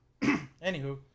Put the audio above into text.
Anywho